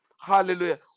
Hallelujah